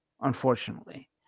unfortunately